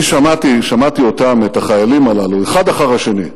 אני שמעתי אותם, את החיילים הללו, האחד אחרי השני,